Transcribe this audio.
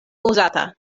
uzata